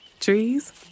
Trees